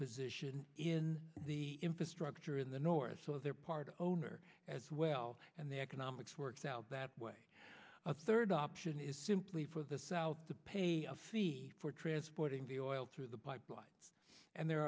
position in the infrastructure in the north part owner as well the economics works out that way a third option is simply for the south to pay a fee for transporting the oil through the pipeline and there